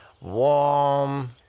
warm